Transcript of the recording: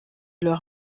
leur